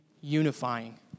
unifying